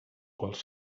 quals